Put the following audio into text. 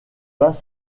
pas